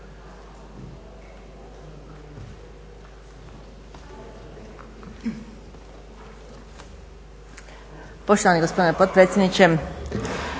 Poštovani gospodine potpredsjedniče,